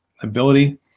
ability